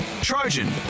Trojan